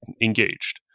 engaged